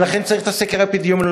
ולכן צריך את הסקר האפידמיולוגי.